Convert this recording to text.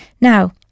Now